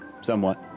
somewhat